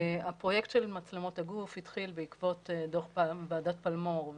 הפרויקט של מצלמות הגוף התחיל בעקבות דוח ועדת פלמור,